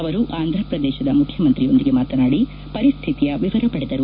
ಅವರು ಆಂಧಪ್ರದೇಶದ ಮುಖ್ಯಮಂತ್ರಿಯೊಂದಿಗೆ ಮಾತನಾಡಿ ಪರಿಸ್ಥಿತಿಯ ವಿವರ ಪಡೆದರು